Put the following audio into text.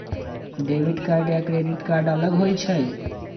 Debit card या credit card अलग होईछ ई?